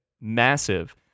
Massive